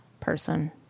person